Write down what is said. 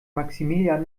maximilian